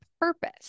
purpose